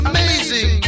Amazing